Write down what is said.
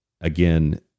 Again